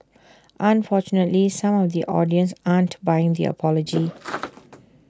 unfortunately some of the audience aren't buying the apology